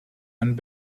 and